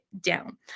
down